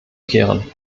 kehren